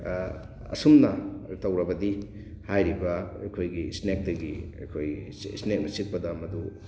ꯑꯁꯨꯝꯅ ꯇꯧꯔꯕꯗꯤ ꯍꯥꯏꯔꯤꯕ ꯑꯩꯈꯣꯏꯒꯤ ꯏ꯭ꯁꯅꯦꯛꯇꯒꯤ ꯑꯩꯈꯣꯏꯒꯤ ꯏ꯭ꯁꯅꯦꯛꯅ ꯆꯤꯛꯄꯗ ꯃꯗꯨ